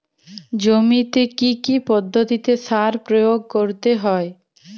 জমিতে কী কী পদ্ধতিতে সার প্রয়োগ করতে হয়?